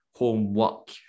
homework